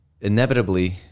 inevitably